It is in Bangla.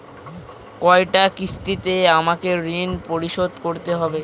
কয়টা কিস্তিতে আমাকে ঋণ পরিশোধ করতে হবে?